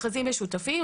מכרזים משותפים,